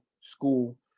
school